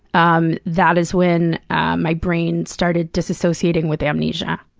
um that is when my brain started disassociating with amnesia.